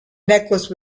necklace